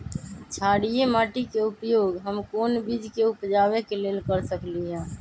क्षारिये माटी के उपयोग हम कोन बीज के उपजाबे के लेल कर सकली ह?